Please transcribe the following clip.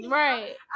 right